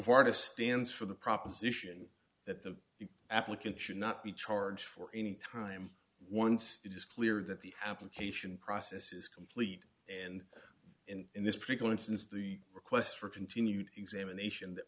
to stands for the proposition that the applicants should not be charged for any time once it is clear that the application process is complete and in this particular instance the request for continued examination that